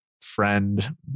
friend